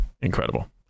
incredible